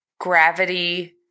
Gravity